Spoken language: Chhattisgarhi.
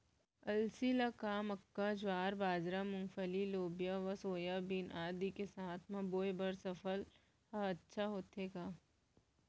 अलसी ल का मक्का, ज्वार, बाजरा, मूंगफली, लोबिया व सोयाबीन आदि के साथ म बोये बर सफल ह अच्छा होथे का?